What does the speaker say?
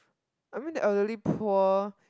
I mean the elderly poor